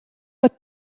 bad